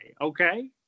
Okay